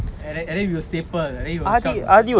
and then he will stapled lah and then he will shout for staple